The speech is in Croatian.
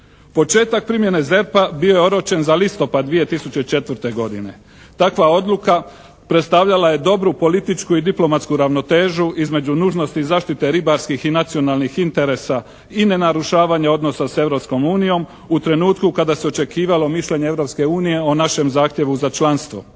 Početak primjene ZERP-a bio je oročen za listopad 2004. godine. Takva odluka predstavljala je dobru političku i diplomatsku ravnotežu između nužnosti i zaštite ribarskih i nacionalnih interesa i nenarušavanja odnosa s Europskom unijom u trenutku kada se očekivalo mišljenje Europske unije o našem zahtjevu za članstvo.